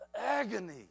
agony